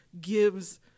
gives